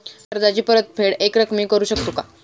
कर्जाची परतफेड एकरकमी करू शकतो का?